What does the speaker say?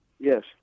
Yes